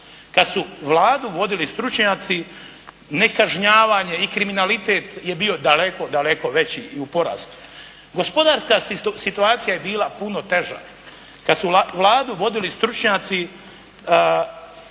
Kad su Vladu vodili stručnjaci nekažnjavanje i kriminalitet je bio daleko, daleko veći i u porastu. Gospodarska situacija je bila puno teža kad su Vladu vodili stručnjaci